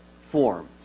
form